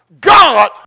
God